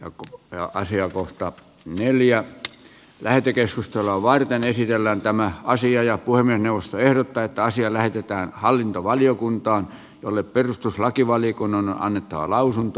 joku asia on kohta neljä lähetekeskustelua varten kehitellään tämä asia ja voimme puhemiesneuvosto ehdottaa että asia lähetetään hallintovaliokuntaan jolle perustuslakivaliokunnan on annettava lausunto